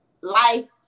life